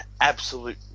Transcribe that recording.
Absolute